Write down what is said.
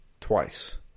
twice